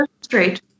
Straight